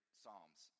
psalms